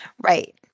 Right